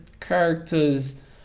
character's